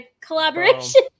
collaboration